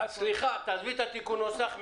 סליחה, תעזבי את תיקון הנוסח.